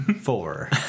Four